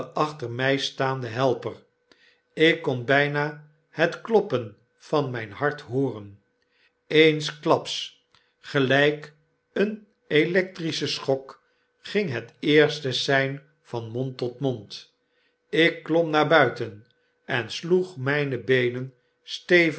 achter my staanden helper ik kon bijna het kloppen van mijn hart hooren eensklaps gelyk een electrische schok ging het eerste sein van mond tot mond ik klom naar buiten en sloeg myne beenen